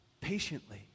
patiently